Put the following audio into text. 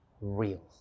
real